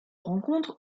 rencontre